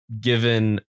given